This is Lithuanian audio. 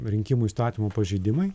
rinkimų įstatymų pažeidimai